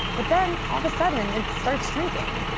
but then, all of a sudden, it starts shrinking.